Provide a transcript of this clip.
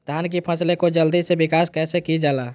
धान की फसलें को जल्दी से विकास कैसी कि जाला?